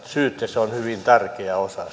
syyt ja se on hyvin tärkeä osa